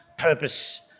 Purpose